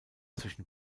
zwischen